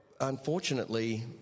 unfortunately